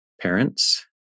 parents